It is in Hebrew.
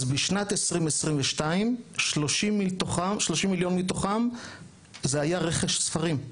אז בשנת 2022, 30 מיליון מתוכם זה היה רכש ספרים.